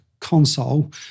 console